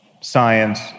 science